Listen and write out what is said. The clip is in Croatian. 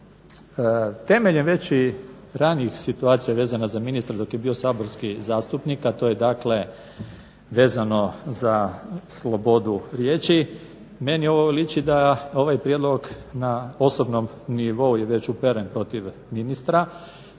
temeljem već i ranijih situacija vezano za ministra dok je bio saborski zastupnik, a to je dakle vezano slobodu riječi, meni ovo liči da ovaj prijedlog na osobnom nivou je već uperen protiv ministra,